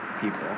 people